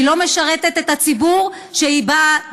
היא לא משרתת את הציבור שהיא באה בשבילו.